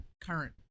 current